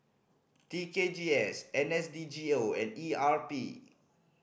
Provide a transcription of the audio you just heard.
T K G S N S D G O and E R P